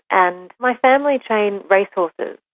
and my family trained race horses,